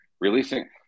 releasing